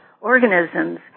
organisms